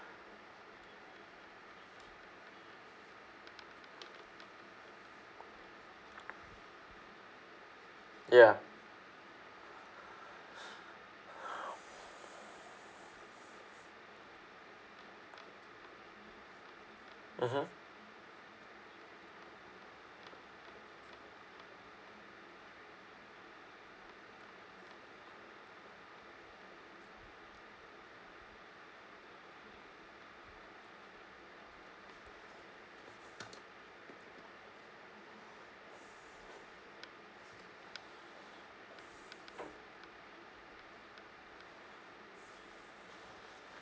ya mmhmm